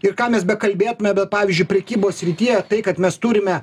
ir ką mes bekalbėtume bet pavyzdžiui prekybos srityje tai kad mes turime